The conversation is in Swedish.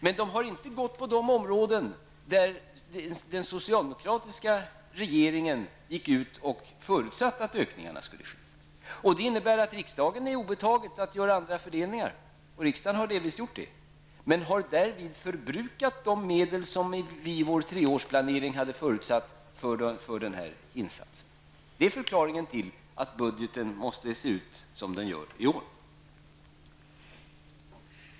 Men de har inte gått till de områden på vilka den socialdemokratiska regeringen gick ut och förutsatte att ökningarna skulle ske. Det innebär att det är riksdagen obetaget att göra andra fördelningar. Riksdagen har delvis gjort detta, men man har därvid förbrukat de medel som vi i vår treårsplanering hade förutsatt för denna insats. Det är förklaringen till att budgeten måste se ut som den gör i år.